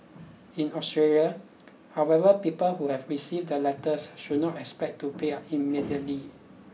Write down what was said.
in Australia however people who have received the letters should not expect to pay up immediately